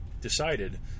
Decided